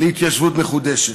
להתיישבות מחודשת.